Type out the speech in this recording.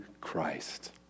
Christ